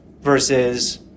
versus